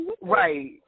right